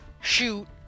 shoot